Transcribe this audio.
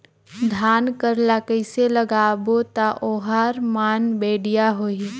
धान कर ला कइसे लगाबो ता ओहार मान बेडिया होही?